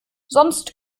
sonst